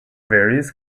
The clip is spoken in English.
various